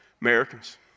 Americans